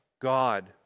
God